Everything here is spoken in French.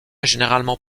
généralement